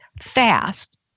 fast